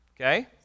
Okay